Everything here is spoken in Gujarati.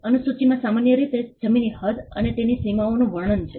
અનુસૂચીમાં સામાન્ય રીતે જમીનની હદ અને તેની સીમાઓનું વર્ણન છે